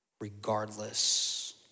regardless